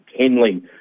Kenley